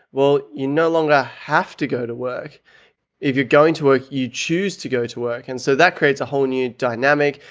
well you no longer have to go to work if you're going to work, ah you choose to go to work and so that creates a whole new dynamic.